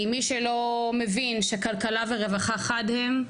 כי מי שלא מבין שכלכלה ורווחה חד הם,